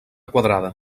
quadrada